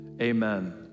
amen